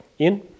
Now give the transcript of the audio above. Ian